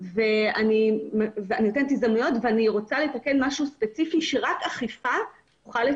אני מקווה בשבועות הקרובים.